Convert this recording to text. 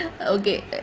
Okay